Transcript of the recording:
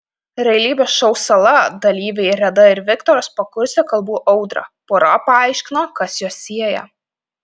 realybės šou sala dalyviai reda ir viktoras pakurstė kalbų audrą pora paaiškino kas juos sieja